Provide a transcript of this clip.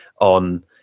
on